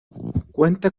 cuenta